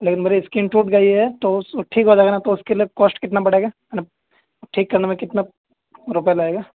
لیکن میری اسکرین ٹوٹ گئی ہے تو اس ٹھیک ہو جائے گا نہ تو اس کے لیے کوسٹ کتنا پڑے گا ٹھیک کرنے میں کتنا روپیے لگے گا